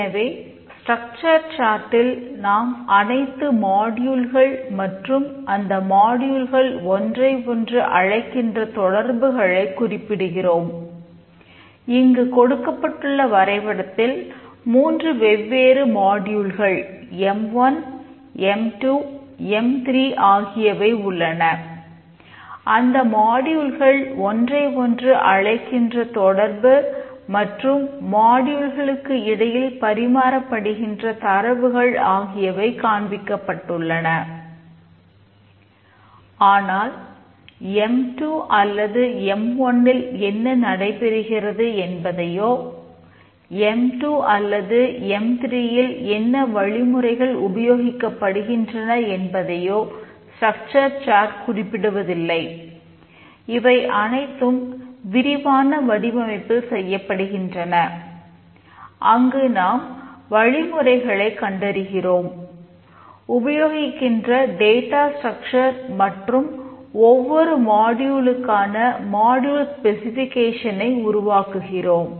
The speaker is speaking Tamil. எனவே ஸ்ட்ரக்சர் சார்ட்டில் உருவாக்குகிறோம்